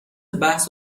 بحث